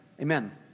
Amen